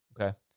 Okay